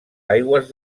aigües